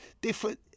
different